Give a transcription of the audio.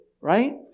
right